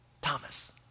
Thomas